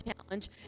challenge